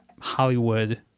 hollywood